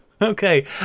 Okay